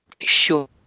Sure